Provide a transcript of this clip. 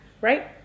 right